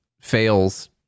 fails